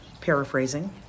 paraphrasing